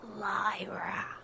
lyra